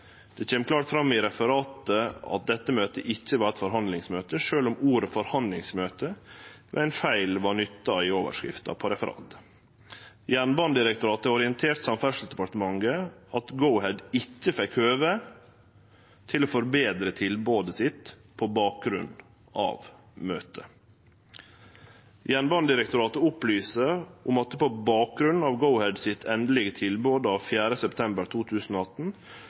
Det kjem klart fram i referatet at dette møtet ikkje var eit forhandlingsmøte, sjølv om ordet «forhandlingsmøte» ved ein feil vart nytta i overskrifta på referatet. Jernbanedirektoratet har orientert Samferdselsdepartementet om at Go-Ahead ikkje fekk høve til å forbetre tilbodet sitt på bakgrunn av møtet. Jernbanedirektoratet opplyser at på bakgrunn av Go-Ahead sitt endelege tilbod av 4. september 2018